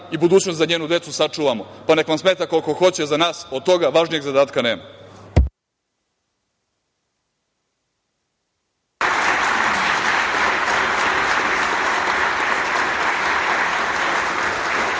i budućnost za njenu decu sačuvamo, pa neka vam smeta koliko hoće. Za nas od toga važnijeg zadatka nema.